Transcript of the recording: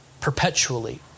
perpetually